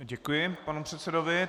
Děkuji panu předsedovi.